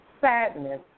sadness